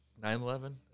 9/11